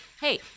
Hey